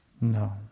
No